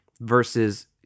versus